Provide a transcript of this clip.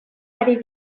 ari